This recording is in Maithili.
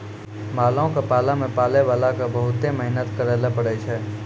मालो क पालै मे पालैबाला क बहुते मेहनत करैले पड़ै छै